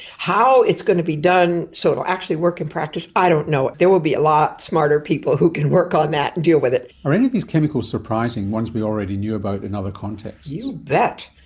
how it's going to be done so it will actually work in practice i don't know. there will be a lot smarter people who can work on that and deal with it. are any of these chemicals surprising, ones we already knew about in other contexts? you bet.